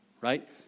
Right